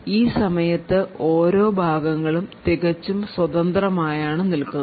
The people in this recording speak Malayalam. ഈ സമയത്തു ഓരോ ഭാഗങ്ങളും തികച്ചും സ്വതന്ത്രമായാണ് നിൽക്കുന്നത്